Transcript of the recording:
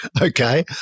Okay